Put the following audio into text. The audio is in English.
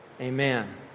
amen